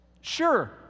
sure